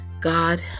God